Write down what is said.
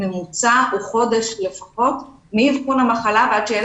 הממוצע הוא חודש לפחות מאבחון המחלה ועד שהילד